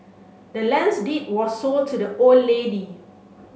the land's deed was sold to the old lady